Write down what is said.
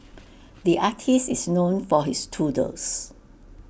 the artist is known for his doodles